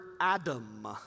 Adam